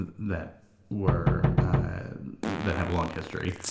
that that were that have a long history,